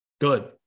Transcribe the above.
good